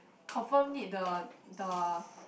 confirm need the the